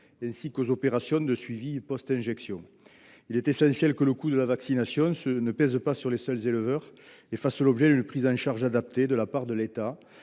ainsi qu’aux opérations de suivi injection. Il est essentiel que le coût de la vaccination ne pèse pas sur les seuls éleveurs et fasse l’objet d’une prise en charge adaptée de la part de l’État,